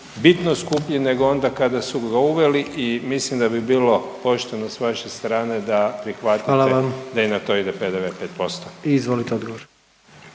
bitno skuplji nego onda kada su ga uveli i mislim da bi bilo pošteno s vaše strane da prihvatite …/Upadica: Hvala vam/…da